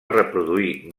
reproduir